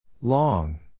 Long